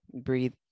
Breathe